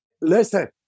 Listen